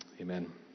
Amen